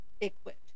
equipped